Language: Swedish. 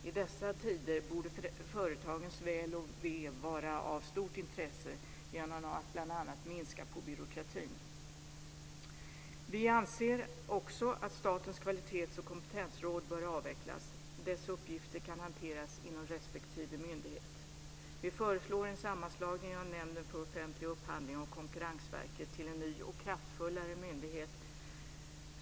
I dessa tider borde företagens väl och ve vara av stort intresse, och därför borde man minska på byråkratin. Vi anser också att Statens kvalitets och kompetensråd bör avvecklas. Dess uppgifter kan hanteras inom respektive myndighet. Vi föreslår en sammanslagning av Nämnden för offentlig upphandling och Konkurrensverket till en ny kraftfullare myndighet.